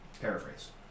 Paraphrase